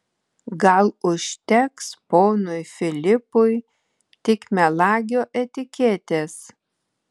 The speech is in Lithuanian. gal užteks ponui filipui tik melagio etiketės